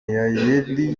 yayeli